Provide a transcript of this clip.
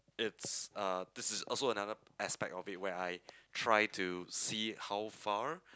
it's uh this is also another aspect of it where I try to see how far